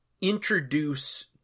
introduce